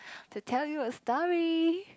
to tell you a story